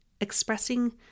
expressing